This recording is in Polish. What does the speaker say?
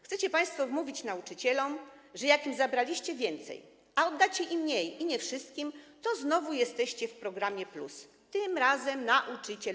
Chcecie państwo wmówić nauczycielom, że jak im zabraliście więcej, a oddacie im mniej, i to nie wszystkim, to znowu jesteście w programie plus, tym razem „Nauczyciel+”